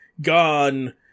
Gone